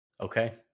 Okay